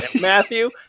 Matthew